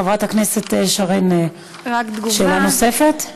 חברת הכנסת שרן, שאלה נוספת?